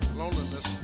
loneliness